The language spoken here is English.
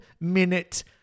minute